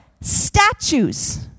Statues